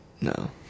No